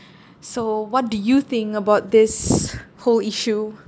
so what do you think about this whole issue